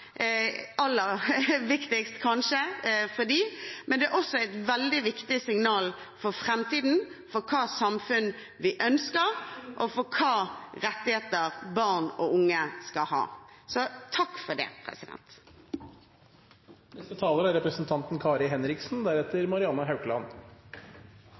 aller viktigst for dem, men det er også et veldig viktig signal for framtiden – om hva slags samfunn vi ønsker, og om hvilke rettigheter barn og unge skal ha. Takk til saksordføreren for en god redegjørelse, og som det ble nevnt, er